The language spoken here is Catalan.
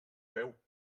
peu